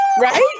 Right